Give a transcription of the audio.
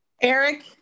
Eric